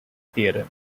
theorem